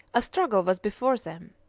a struggle was before them.